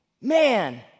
Man